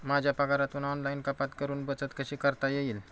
माझ्या पगारातून ऑनलाइन कपात करुन बचत कशी करता येईल?